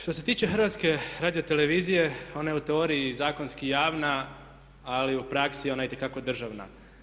Što se tiče HRT-a ona je u teoriji zakonski javna ali u praksi ona je itekako državna.